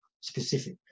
specific